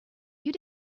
you